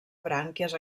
brànquies